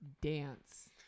dance